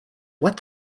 what